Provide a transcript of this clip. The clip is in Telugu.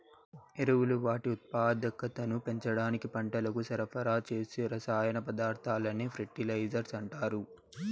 ఎరువులు వాటి ఉత్పాదకతను పెంచడానికి పంటలకు సరఫరా చేసే రసాయన పదార్థాలనే ఫెర్టిలైజర్స్ అంటారు